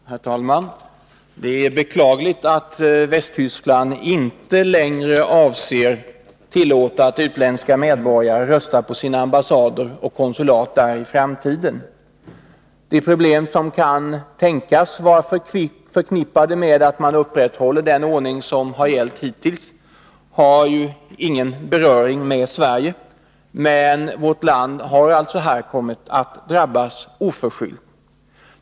Herr talman! Det är beklagligt att Västtyskland inte längre avser att tillåta att utländska medborgare röstar på sina ambassader och konsulat i framtiden. De problem som kan tänkas vara förknippade med att upprätthålla den ordning som gällt hittills har ingen beröring med Sverige. Vårt land har kommit att drabbas oförskyllt.